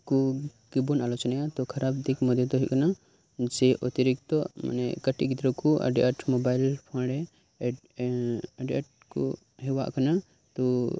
ᱠᱚᱜᱮ ᱵᱚᱱ ᱟᱞᱳᱪᱚᱱᱟᱭᱟ ᱛᱚ ᱠᱷᱟᱨᱟᱯ ᱫᱤᱠ ᱢᱚᱫᱽᱫᱷᱮ ᱫᱚ ᱦᱳᱭᱳᱜ ᱠᱟᱱᱟ ᱡᱮ ᱚᱛᱤᱨᱤᱠᱛᱚ ᱢᱟᱱᱮ ᱠᱟᱴᱤᱡ ᱜᱤᱫᱽᱨᱟᱹ ᱠᱚ ᱟᱰᱤ ᱟᱸᱴ ᱢᱳᱵᱟᱭᱤᱞ ᱯᱷᱳᱱ ᱨᱮ ᱮᱰ ᱮᱱ ᱟᱰᱤ ᱟᱸᱴ ᱠᱚ ᱦᱮᱣᱟᱜ ᱠᱟᱱᱟ ᱛᱚ